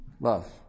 love